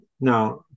Now